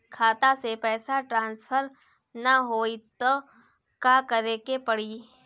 खाता से पैसा ट्रासर्फर न होई त का करे के पड़ी?